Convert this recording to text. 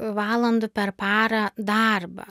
valandų per parą darbo